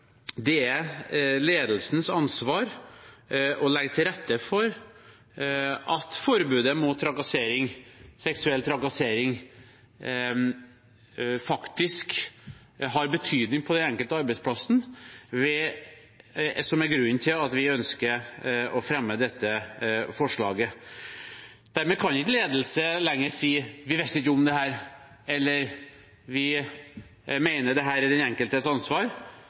forbudet mot trakassering og seksuell trakassering faktisk har betydning på den enkelte arbeidsplass, er grunnen til at vi ønsker å fremme dette forslaget. Dermed kan ikke ledelsen lenger si at vi visste ikke om dette, eller vi mener dette er den enkeltes ansvar.